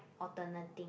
alternating